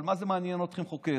אבל מה זה מעניין אתכם, חוקי-יסוד?